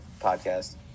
podcast